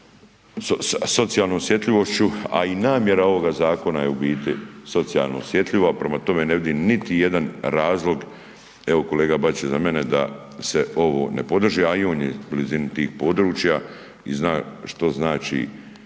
socijalnom osjetljivošću, a i namjera ovoga zakona je u biti socijalno osjetljivo. Prema tome, ne vidim niti jedan razlog, evo kolega Bačić je iza mene da se ovo ne podrži, a on je u blizini tih područja i zna što znači